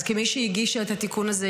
אז כמי שהגישה את התיקון הזה,